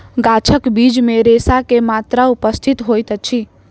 गाछक बीज मे रेशा के मात्रा उपस्थित होइत अछि